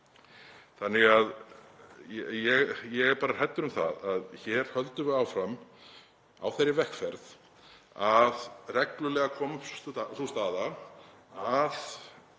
Þannig að ég er hræddur um að hér höldum við áfram á þeirri vegferð að reglulega komi upp sú staða að